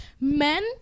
men